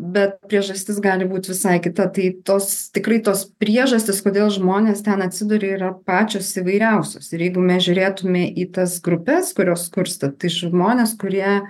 bet priežastis gali būt visai kita tai tos tikrai tos priežastys kodėl žmonės ten atsiduria yra pačios įvairiausios ir jeigu mes žiūrėtume į tas grupes kurios skursta tai žmonės kurie